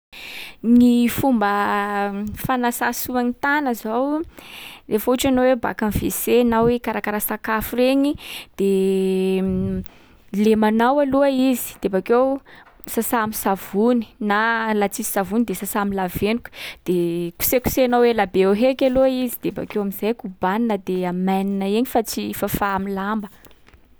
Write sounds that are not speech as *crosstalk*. Gny fomba fanasà soa ny tàna zao, rehefa ohatry anao hoe baka am’WC na hoe hikarakara sakafo regny, de *hesitation* lemanao aloha izy. De bakeo, sasà am'savony na laha tsisy savony de sasà am'lavenoka. De kosekosehinao elabe eo heky aloha izy de bakeo am’zay kobanina de amainina egny fa tsy fafà am'lamba.